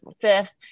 fifth